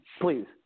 please